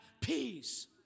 peace